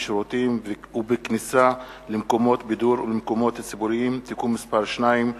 בשירותים ובכניסה למקומות בידור ולמקומות ציבוריים (תיקון מס' 2)